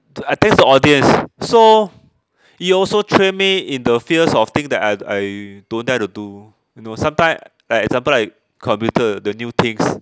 I thanks the audience so it also train me in the fears of thing that I I don't dare to do you know sometime like example like computer the new things